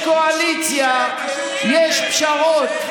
כשיש קואליציה יש פשרות.